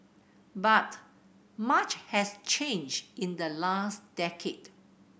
but much has changed in the last decade